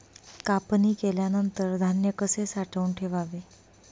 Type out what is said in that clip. कापणी केल्यानंतर धान्य कसे साठवून ठेवावे?